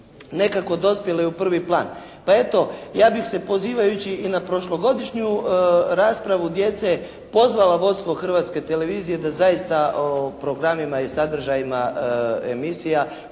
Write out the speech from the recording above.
nekako dospjele u prvi plan. Pa eto ja bih se pozivajući i na prošlogodišnju raspravu djece pozvala vodstvo Hrvatske televizije da zaista o programima i sadržajima emisija